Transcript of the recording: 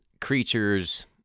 creatures